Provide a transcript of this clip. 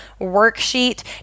worksheet